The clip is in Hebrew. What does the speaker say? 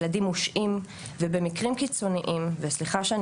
ילדים מושעים ובמקרים קיצוניים וסליחה שאני